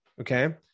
okay